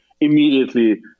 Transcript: immediately